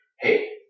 hey